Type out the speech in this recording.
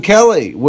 Kelly